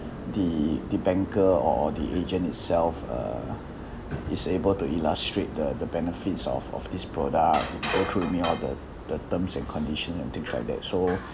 the the banker or or the agent itself uh is able to illustrate the the benefits of of this product they go through me all the the terms and conditions and things like that so